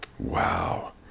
Wow